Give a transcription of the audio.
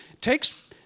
takes